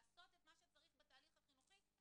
לעשות את מה שצריך בתהליך החינוכי,